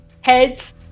heads